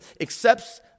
accepts